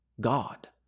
God